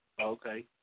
Okay